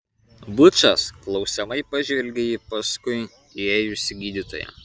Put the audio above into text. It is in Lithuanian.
bučas klausiamai pažvelgė į paskui įėjusį gydytoją